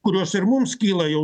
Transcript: kurios ir mums kyla jau